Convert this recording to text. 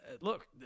look